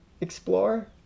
explore